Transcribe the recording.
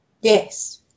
Yes